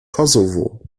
kosovo